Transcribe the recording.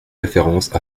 références